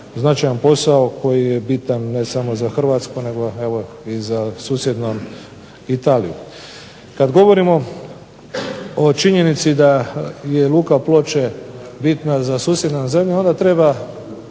značajan posao koji je bitan ne samo za Hrvatsku nego evo i za susjednu nam Italiju. Kad govorimo o činjenici da je luka Ploče bitna za susjedne nam zemlje onda treba